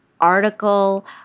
article